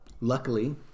Luckily